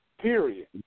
Period